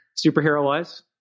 superhero-wise